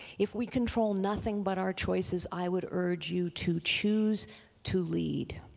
if we control nothing but our choices i would urge you to choose to lead.